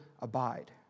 abide